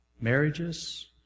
marriages